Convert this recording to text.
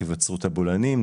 היווצרות הבולענים,